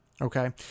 okay